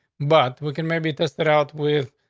but we can maybe tested out with,